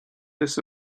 this